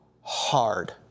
hard